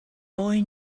boy